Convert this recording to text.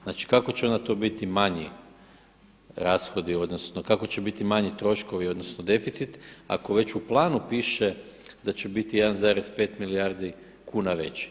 Znači kako će onda to biti manji rashodi odnosno kako će biti manji troškovi odnosno deficit ako već u planu piše da će biti 1,5 milijardi kuna veći.